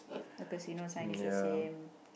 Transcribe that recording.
the casino sign is the same